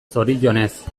zorionez